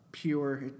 pure